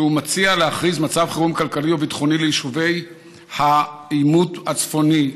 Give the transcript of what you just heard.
ובו הוא מציע להכריז מצב חירום כלכלי וביטחוני ביישובי העימות הצפוני.